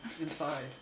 inside